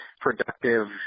productive